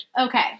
Okay